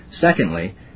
Secondly